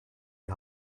die